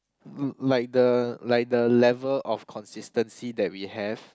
l~ like the like the level of consistency that we have